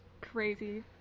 crazy